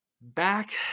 back